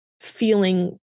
feeling